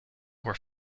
were